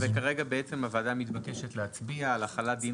כרגע בעצם הוועדה מתבקשת להצביע על החלת דין